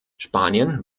spanien